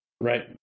Right